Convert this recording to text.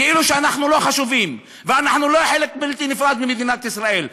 כאילו שאנחנו לא חשובים ואנחנו לא חלק בלתי נפרד ממדינת ישראל,